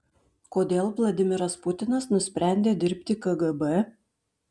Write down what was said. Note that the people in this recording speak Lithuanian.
kodėl vladimiras putinas nusprendė dirbti kgb